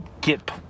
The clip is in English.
get